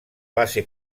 base